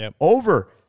over